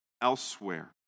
elsewhere